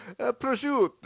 Prosciutto